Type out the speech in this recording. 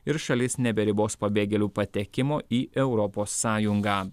ir šalis neberibos pabėgėlių patekimo į europos sąjungą